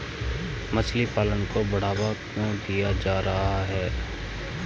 मछली पालन को बढ़ावा क्यों दिया जा रहा है?